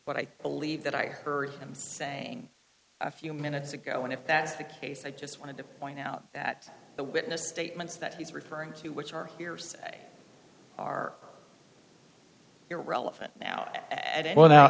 what i believe that i heard him saying a few minutes ago and if that's the case i just wanted to point out that the witness statements that he's referring to which are hearsay are irrelevant now